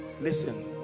listen